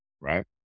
right